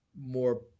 more